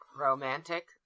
romantic